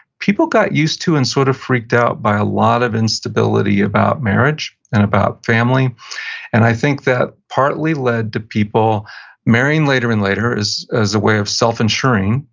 people got used to, and sort of freaked out by, a lot of instability about marriage, and about family and i think that partly led to people marrying later and later as as a way of self-insuring,